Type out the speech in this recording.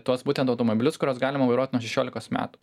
tuos būtent automobilius kuriuos galima vairuot nuo šešiolikos metų